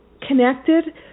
connected